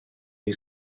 you